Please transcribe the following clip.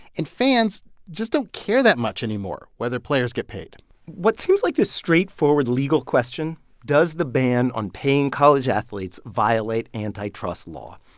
and fans just don't care that much anymore whether players get paid what seems like this straightforward legal question does the ban on paying college athletes violate antitrust law?